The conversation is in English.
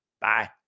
Bye